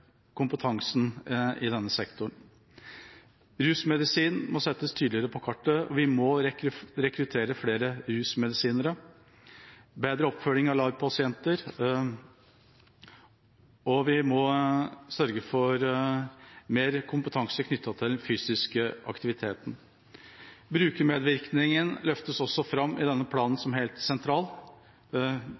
kompetansen i denne sektoren. Rusmedisin må settes tydeligere på kartet, vi må rekruttere flere rusmedisinere, det må være bedre oppfølging av LAR-pasienter, og vi må sørge for mer kompetanse knyttet til den fysiske aktiviteten. Brukermedvirkning løftes også fram i denne planen som helt